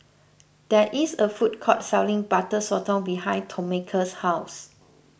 there is a food court selling Butter Sotong behind Tomeka's house